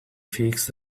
fixed